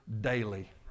daily